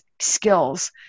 skills